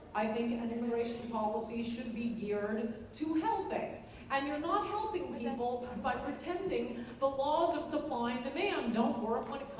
i think, and an immigration policy should be geared to helping. and you're not helping people by pretending the laws of supply and demand don't work when